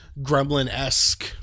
gremlin-esque